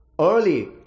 Early